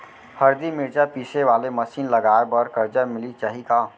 हरदी, मिरचा पीसे वाले मशीन लगाए बर करजा मिलिस जाही का?